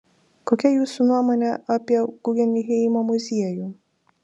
kokia jūsų nuomonė apie guggenheimo muziejų